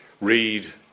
read